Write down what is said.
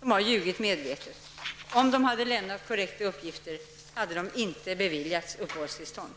De har ljugit medvetet. Om de hade lämnat korrekta uppgifter hade de inte beviljats uppehållstillstånd.